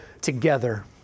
together